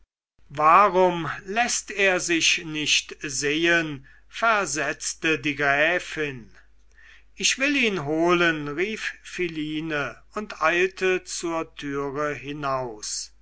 warum läßt er sich nicht sehen versetzte die gräfin ich will ihn holen rief philine und eilte zur türe hinaus